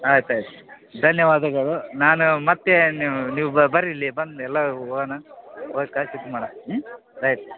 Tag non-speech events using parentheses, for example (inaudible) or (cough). ಆಯ್ತು ಆಯ್ತು ಧನ್ಯವಾದಗಳು ನಾನು ಮತ್ತೆ ನೀವು ಬರೀ ಇಲ್ಲಿ ಬಂದು ಎಲ್ಲ ಹೋಗೋಣ (unintelligible) ಹಾಂ ರೈಟ್ ಓಕೆ